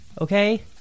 Okay